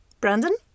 Brandon